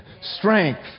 strength